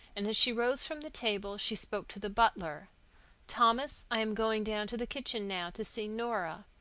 and as she rose from the table she spoke to the butler thomas, i am going down to the kitchen now to see norah.